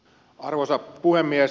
arvoisa puhemies